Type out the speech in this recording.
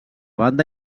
banda